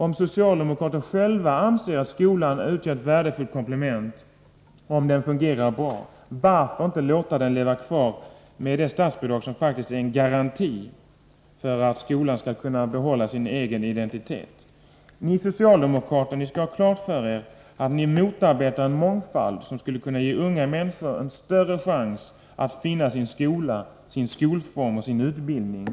Om socialdemokraterna själva anser att skolan utgör ett värdefullt komplement och om den fungerar bra, varför inte låta den leva kvar med det statsbidrag som faktiskt är en garanti för att skolan skall kunna behålla sin egen identitet? Ni socialdemokrater skall ha klart för er att ni motarbetar en mångfald, som skulle kunna ge unga människor en större chans att finna sin skola, sin skolform och sin utbildning.